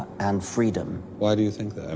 and freedom. why do you think that? and